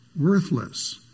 worthless